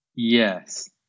Yes